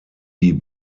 die